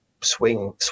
swing